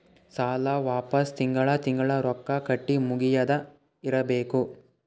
ಸಾಲ ವಾಪಸ್ ತಿಂಗಳಾ ತಿಂಗಳಾ ರೊಕ್ಕಾ ಕಟ್ಟಿ ಮುಗಿಯದ ಇರ್ಬೇಕು